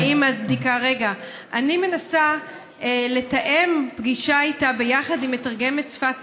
אני מנסה לתאם פגישה איתה ביחד עם מתרגמת לשפת סימנים,